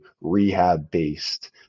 rehab-based